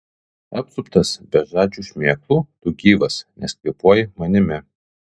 apsuptas bežadžių šmėklų tu gyvas nes kvėpuoji manimi